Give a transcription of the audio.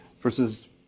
versus